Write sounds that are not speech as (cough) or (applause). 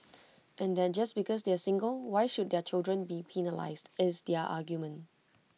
(noise) and that just because they are single why should their children be penalised is their argument